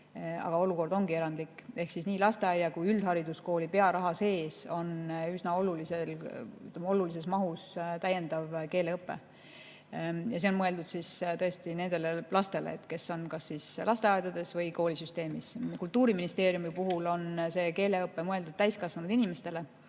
aga olukord ongi erandlik –, või siis üldhariduskooli. Pearaha sees on üsna olulises mahus täiendava keeleõppe [raha]. Ja see on mõeldud tõesti nendele lastele, kes on kas lasteaedades või koolisüsteemis. Kultuuriministeeriumi puhul on see keeleõpe mõeldud täiskasvanud inimestele.